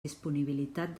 disponibilitat